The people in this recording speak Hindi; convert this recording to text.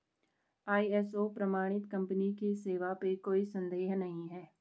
आई.एस.ओ प्रमाणित कंपनी की सेवा पे कोई संदेह नहीं है